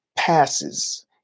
passes